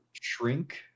Shrink